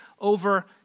over